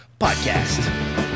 Podcast